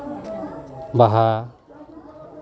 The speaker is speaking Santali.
ᱵᱟᱦᱟ